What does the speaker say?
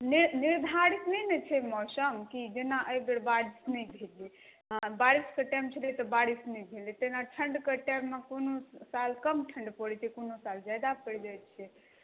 निर्धारित नहि ने छै मौसम की जेना एहिबेर बारिश नहि भेलै हँ बारिश कऽ टाइम छलै तऽ बारिश नहि भेलै तेना ठण्ढ कऽ टाइममे कोनो साल कम ठण्ढ पड़ैत छै कोनो साल जादा पड़ि जाइत छै